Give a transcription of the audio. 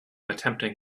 attempting